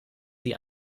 sie